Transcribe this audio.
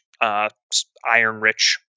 iron-rich